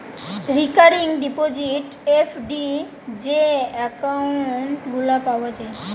recurring deposit, FD যে account গুলা পাওয়া যায়